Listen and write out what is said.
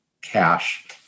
cash